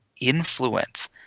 influence